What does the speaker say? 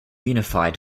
unified